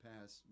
past